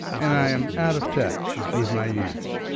and i am out of touch with my youth.